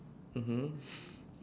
mmhmm